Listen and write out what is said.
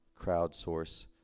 crowdsource